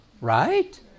right